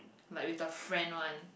like with the friend one